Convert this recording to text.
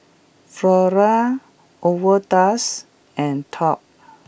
Flora Overdose and Top